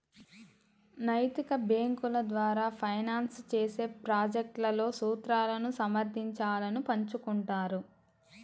నైతిక బ్యేంకుల ద్వారా ఫైనాన్స్ చేసే ప్రాజెక్ట్లలో సూత్రాలను సమర్థించాలను పంచుకుంటారు